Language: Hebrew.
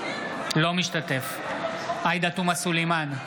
אינו משתתף בהצבעה עאידה תומא סלימאן,